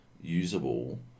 usable